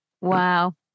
Wow